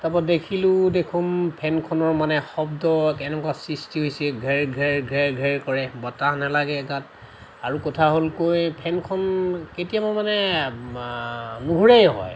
তাৰ পৰা দেখিলোঁ দেখোন ফেনখনৰ মানে শব্দ এনেকুৱা সৃষ্টি হৈছে ঘেৰ ঘেৰ ঘেৰ ঘেৰ কৰে বতাহ নালাগে গাত আৰু কথা হ'ল কৈ ফেনখন কেতিয়াবা মানে নুঘূৰাই হয়